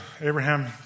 Abraham